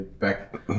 back